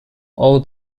all